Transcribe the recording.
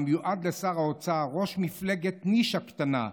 המיועד לשר האוצר: ראש מפלגת נישה קטנה,